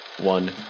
one